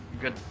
good